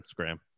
Instagram